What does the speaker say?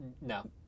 No